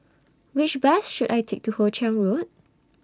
Which Bus should I Take to Hoe Chiang Road